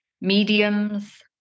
mediums